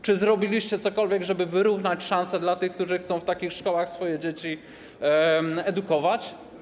Czy zrobiliście cokolwiek, żeby wyrównać szanse dla tych, którzy chcą w takich szkołach swoje dzieci edukować?